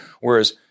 whereas